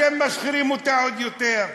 אתם משחירים אותה עוד יותר.